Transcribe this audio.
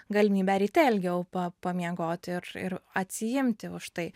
galimybę ryte ilgiau pa pamiegot ir ir atsiimti už tai